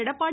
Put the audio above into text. Edappadi